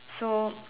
so